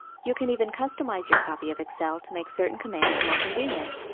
you can even customize your copy of excel to make certain commands more convenient.